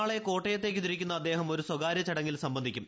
നാളെ കോട്ടയത്തേക്ക് തിരിക്കുന്ന അദ്ദേഹം ഒരു സ്ഥകാര്യ ചടങ്ങിൽ സംബന്ധിക്കും